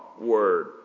word